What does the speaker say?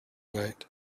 night